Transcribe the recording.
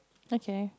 okay